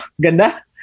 Ganda